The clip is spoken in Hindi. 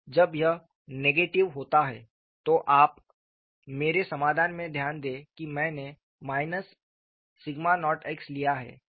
जब यह नेगेटिव होता है तो आप मेरे समाधान में ध्यान दें कि मैंने σ0x लिया है